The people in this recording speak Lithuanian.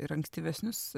ir ankstyvesnius